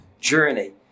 journey